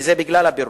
וזה בגלל הפירוק.